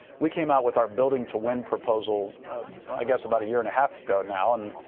we came out with our building to win proposal i guess about a year and a half ago now and,